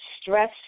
stress